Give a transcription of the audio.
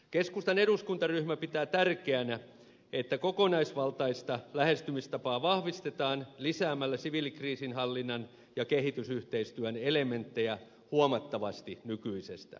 keskustan eduskuntaryhmä pitää tärkeänä että kokonaisvaltaista lähestymistapaa vahvistetaan lisäämällä siviilikriisinhallinnan ja kehitysyhteistyön elementtejä huomattavasti nykyisestä